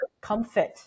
comfort